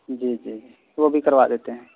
جی جی وہ بھی کروا دیتے ہیں